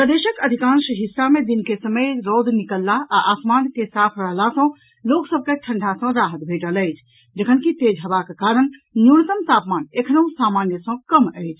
प्रदेशक अधिकांश हिस्सा मे दिन के समय रौद निकलला आ आसमान के साफ रहला सँ लोक सभ के ठंढ़ा सँ राहत भेटल अछि जखनकि तेज हवाक कारण न्यूनतम तापमान एखनहुं सामान्य सँ कम अछि